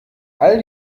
all